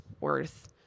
worth